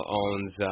owns